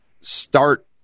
start